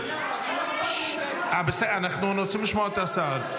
אדוני היו"ר, אנחנו לא שומעים את השר.